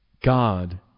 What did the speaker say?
God